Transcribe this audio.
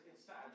inside